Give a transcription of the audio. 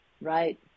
Right